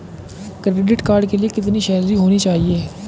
Credit card के लिए कितनी सैलरी होनी चाहिए?